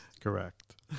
Correct